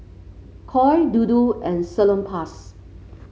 Koi Dodo and Salonpas